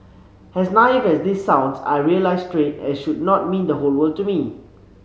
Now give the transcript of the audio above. as naive as this sounds I realised straight as should not mean the whole world to me